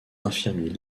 infirmiers